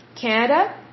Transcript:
Canada